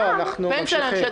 בבקשה.